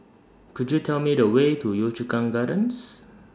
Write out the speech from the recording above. Could YOU Tell Me The Way to Yio Chu Kang Gardens